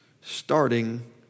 starting